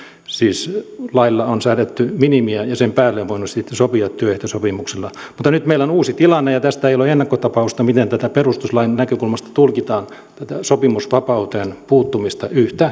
siis lailla on säädetty minimiä ja sen päälle on voinut sitten sopia työehtosopimuksella mutta nyt meillä on uusi tilanne ja tästä ei ole ennakkotapausta miten perustuslain näkökulmasta tulkitaan tätä sopimusvapauteen puuttumista yhteen keskeiseen